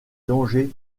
dangers